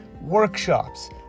workshops